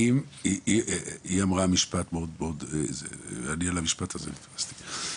היא אמרה משפט שנתפסתי אליו: